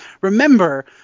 remember